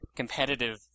competitive